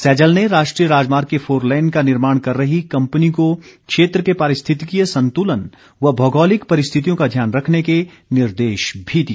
सैजल ने राष्ट्रीय राजमार्ग के फोरलेन का निर्माण कर रही कंपनी को क्षेत्र के पारिस्थितिकीय संतुलन व भौगोलिक परिस्थितियों का ध्यान रखने के निर्देश भी दिए